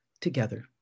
together